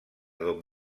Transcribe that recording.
dom